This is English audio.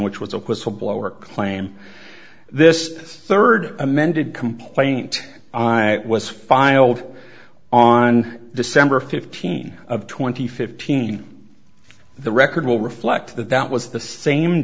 which was acquittal blow or claim this third amended complaint was filed on december fifteen twenty fifteen the record will reflect that that was the same